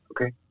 okay